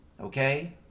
okay